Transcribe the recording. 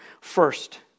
First